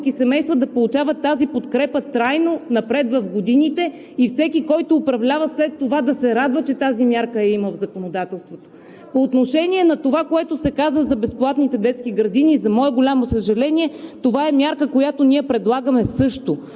да получават тази подкрепа трайно напред в годините и всеки, който управлява след това, да се радва, че тази мярка я има в законодателството. По отношение на това, което се каза за безплатните детски градини, за мое голямо съжаление, това е мярка, която ние предлагаме също.